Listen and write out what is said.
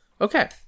Okay